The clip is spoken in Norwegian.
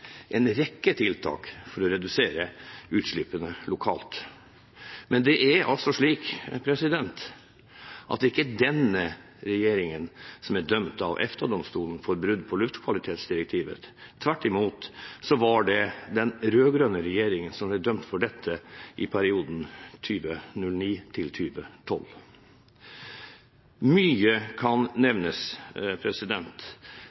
en rekke tiltak for å redusere utslippene lokalt, men det er altså ikke denne regjeringen som er dømt av EFTA-domstolen for brudd på luftkvalitetsdirektivet. Tvert imot var det den rød-grønne regjeringen som ble dømt for dette i perioden 2009–2012. Mye kan nevnes